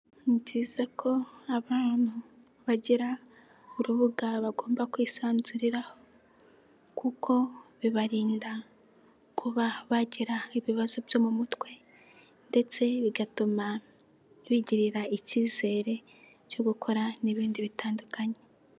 Ni byiza ko abantu bagira urubuga bagomba kwisanzuriraho kuko bibarinda kuba bagira ibibazo byo mu mutwe ndetse bigatuma bigirira icyizere cyo gukora n'ibindi bitandukanye.